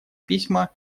письма